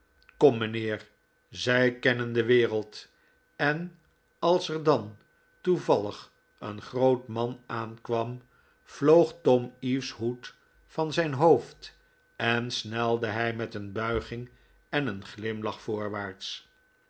kom mijnheer zij kennen de wereld en als er dan toevallig een groot man aankwam vloog tom eaves hoed van zijn hoofd en snelde hij met een buiging en een glimlach voorwaarts